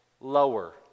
lower